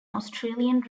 australian